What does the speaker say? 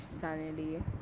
sanity